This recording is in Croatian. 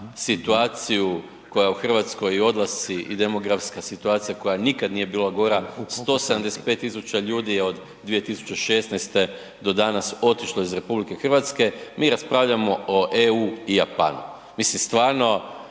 situaciju koja je u Hrvatskoj i odlasci i demografska situacija koja nikad nije bila gora, 175 000 ljudi je od 2016. do danas otišlo iz RH, mi raspravljamo o EU i Japanu. Mislim stvarno,